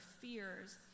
fears